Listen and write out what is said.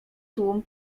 tłum